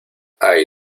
hay